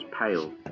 pale